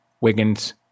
Wiggins